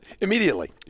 immediately